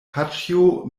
paĉjo